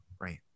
right